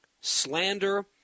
slander